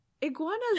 iguanas